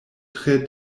tre